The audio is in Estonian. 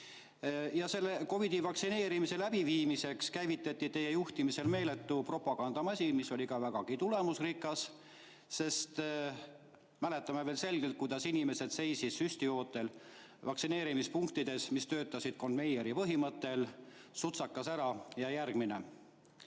COVID‑i vaktsineerimise läbiviimiseks käivitati teie juhtimisel meeletu propagandamasin, mis oli vägagi tulemusrikas. Sest me mäletame veel selgelt, kuidas inimesed seisid süsti ootel vaktsineerimispunktides, mis töötasid konveieri põhimõttel: sutsakas ära, ja järgmine.